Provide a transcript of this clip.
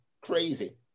crazy